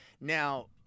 Now